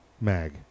mag